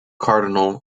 cardinal